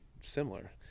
similar